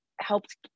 helped